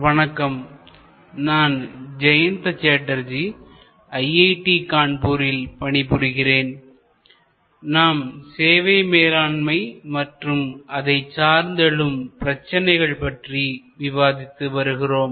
வணக்கம் நான் ஜெயந்த சாட்டர்ஜி ஐஐடி கான்பூரில் பணிபுரிகிறேன் நாம் சேவை மேலாண்மை மற்றும் அதை சார்ந்து எழும் பிரச்சினைகள் பற்றி விவாதித்து வருகிறோம்